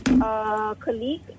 colleague